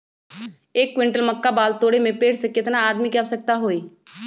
एक क्विंटल मक्का बाल तोरे में पेड़ से केतना आदमी के आवश्कता होई?